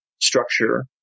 structure